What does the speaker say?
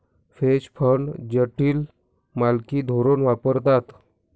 veg fund जटिल मालकी धोरण वापरतात